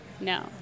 no